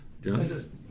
John